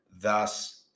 Thus